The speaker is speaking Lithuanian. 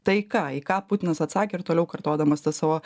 taika į ką putinas atsakė ir toliau kartodamas tas savo